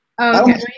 okay